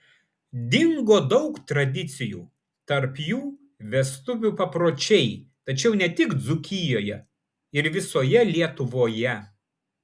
dingo daug tradicijų tarp jų vestuvių papročiai tačiau ne tik dzūkijoje ir visoje lietuvoje